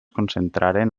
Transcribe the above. concentraren